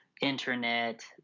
internet